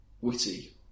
witty